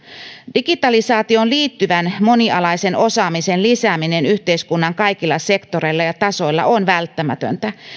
digitalisaatioon liittyvän monialaisen osaamisen lisääminen yhteiskunnan kaikilla sektoreilla ja tasoilla on välttämätöntä